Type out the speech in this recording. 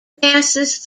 passes